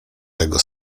tego